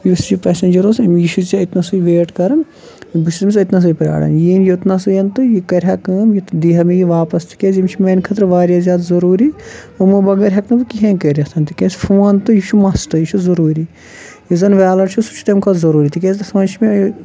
یُس یہِ پسیٚنجَر اوس أمۍ یہِ چھُے ژےٚ أتنَسٕے ویٹ کَران بہٕ چھُس أمِس أتنَسٕے پرٛاران یِہ یِین یوٚتنس تہٕ یہِ کَرِ ہا کٲم یہِ دِی ہا مےٚ یہِ واپَس تِکیٛازِ یِم چھِ میٛانہِ خٲطرٕ واریاہ زیادٕ ضروٗری یِمو بغٲر ہیٚکہٕ نہٕ بہٕ کِہیٖنۍ کٔرِتھ تِکیٛازِ فون تہٕ یہِ چھُ مَسٹہٕ یہِ چھُ ضروٗری یُس زَن ویٚلٹ چھُ سُہ چھُ تَمہِ کھۄتہٕ ضروٗری تِکیٛازِ تَتھ منٛز چھِ مےٚ ٲں